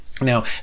Now